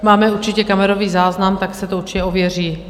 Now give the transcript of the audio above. Máme určitě kamerový záznam, tak se to určitě ověří.